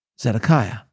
Zedekiah